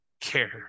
care